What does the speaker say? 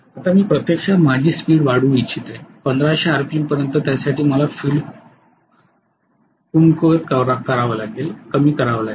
आता मी प्रत्यक्षात माझी स्पीड वाढवू इच्छित आहे 1500 आरपीएम पर्यंत त्यासाठी मला फील्ड कमकुवत करावे लागेल